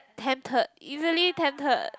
tempted you really tempted